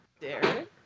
Derek